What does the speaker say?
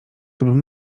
tobym